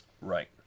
Right